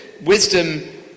wisdom